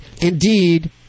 indeed